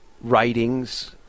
writings